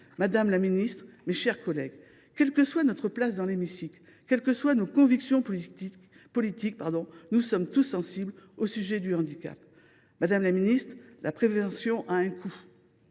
madame la ministre, mes chers collègues, quelle que soit notre place dans l’hémicycle, quelles que soient nos convictions politiques, nous sommes tous sensibles au sujet du handicap. Madame la ministre, la prévention a un coût,